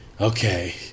okay